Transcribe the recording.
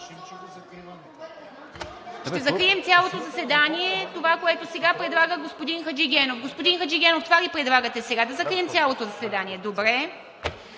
Ще закрием цялото заседание – това, което сега предлага господин Хаджигенов. Господин Хаджигенов това ли предлагате сега, да закрием цялото заседание? Добре.